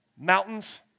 mountains